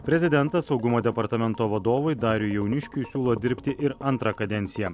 prezidentas saugumo departamento vadovui dariui jauniškiui siūlo dirbti ir antrą kadenciją